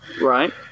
right